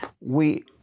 We